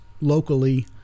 locally